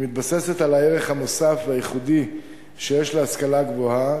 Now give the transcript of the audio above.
היא מתבססת על הערך המוסף והייחודי שיש להשכלה גבוהה.